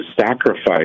sacrifice